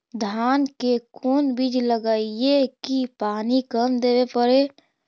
धान के कोन बिज लगईऐ कि पानी कम देवे पड़े?